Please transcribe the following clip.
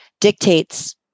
dictates